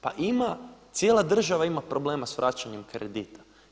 Pa ima, cijela država ima problema sa vraćanjem kredita.